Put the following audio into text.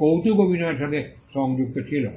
কৌতুক অভিনয়ের সাথে সংযুক্ত ছিল